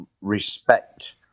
respect